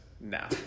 now